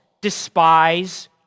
despise